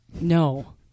no